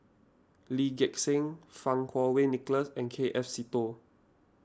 Lee Gek Seng Fang Kuo Wei Nicholas and K F Seetoh